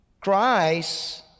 Christ